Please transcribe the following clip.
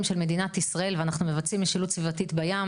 של מדינת ישראל ואנחנו מבצעים משילות סביבתית בים.